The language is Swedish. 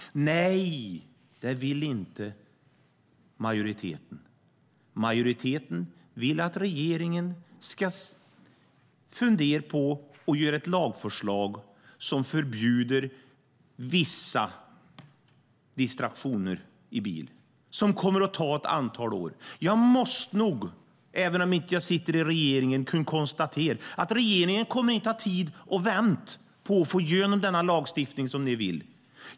Nej, det vill inte majoriteten. Majoriteten vill att regeringen ska fundera på att göra ett lagförslag som förbjuder vissa distraktioner i bil som kommer att ta ett antal år att få fram. Jag måste nog, även om jag inte sitter i regeringen, konstatera att regeringen inte kommer att ha tid att vänta på att få igenom lagstiftning som ni vill ha.